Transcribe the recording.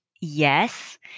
Yes